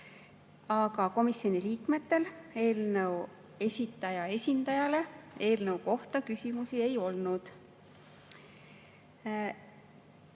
aga komisjoni liikmetel eelnõu esitaja esindajale eelnõu kohta küsimusi ei olnud. Enne